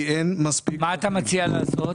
מה אתה מציע לעשות?